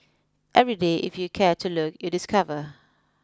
every day if you care to look you discover